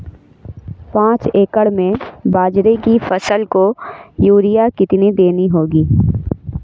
पांच एकड़ में बाजरे की फसल को यूरिया कितनी देनी होगी?